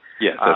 Yes